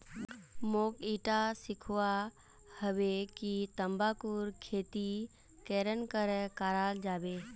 मोक ईटा सीखवा हबे कि तंबाकूर खेती केरन करें कराल जाबे